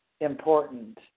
important